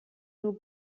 nur